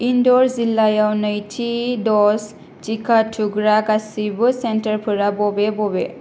इन्द'र जिल्लायाव नैथि द'ज टिका थुग्रा गासैबो सेन्टारफोरा बबे बबे